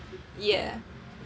yeah